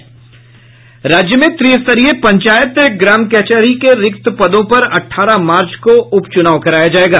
राज्य में त्रिस्तरीय पंचायत ग्राम कचहरी के रिक्त पदों पर अठारह मार्च को उप चुनाव कराया जायेगा